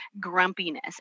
grumpiness